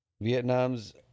Vietnam's